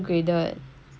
ya that's why